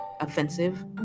offensive